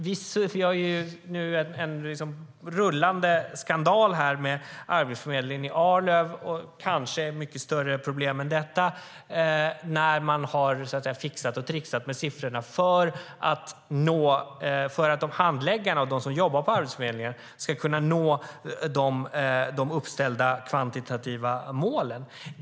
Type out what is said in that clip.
Vi har nu en rullande skandal med Arbetsförmedlingen i Arlöv - och vi har kanske mycket större problem än detta - där man har fixat och tricksat med siffrorna för att de som jobbar på Arbetsförmedlingen ska kunna nå de uppställda kvantitativa målen.